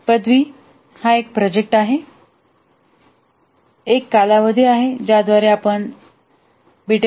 Tech पदवी हा एक प्रोजेक्ट आहे एक कालावधी आहे ज्याद्वारे आपण बी